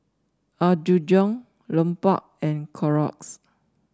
Apgujeong Lupark and Clorox